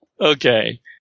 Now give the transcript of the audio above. Okay